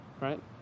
right